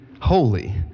holy